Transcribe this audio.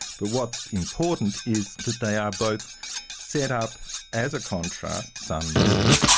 but what's important is that they are both set up as a contrast, sun-moon,